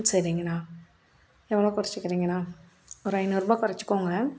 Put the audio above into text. ம் சரிங்கண்ணா எவ்வளோ கொறைச்சிக்கிறீங்கண்ணா ஒரு ஐநூறுபாய் கொறைச்சிக்கோங்க